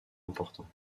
important